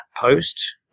post